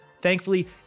Thankfully